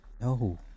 No